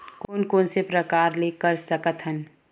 कोन कोन से प्रकार ले कर सकत हन?